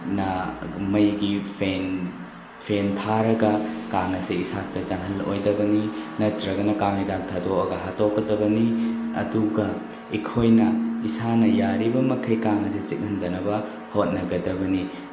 ꯃꯩꯒꯤ ꯐꯦꯟ ꯐꯦꯟ ꯊꯥꯔꯒ ꯀꯥꯡ ꯑꯁꯦ ꯏꯁꯥꯗ ꯆꯪꯍꯟꯂꯛꯑꯣꯏꯗꯕꯅꯤ ꯅꯠꯇ꯭ꯔꯒꯅ ꯀꯥꯡ ꯍꯤꯗꯥꯛ ꯊꯥꯗꯣꯛꯑꯒ ꯍꯥꯠꯇꯣꯛꯀꯗꯕꯅꯤ ꯑꯗꯨꯒ ꯑꯩꯈꯣꯏꯅ ꯏꯁꯥꯅ ꯌꯥꯔꯤꯕ ꯃꯈꯩ ꯀꯥꯡ ꯑꯁꯦ ꯆꯤꯈꯟꯗꯅꯕ ꯍꯣꯠꯅꯒꯗꯕꯅꯤ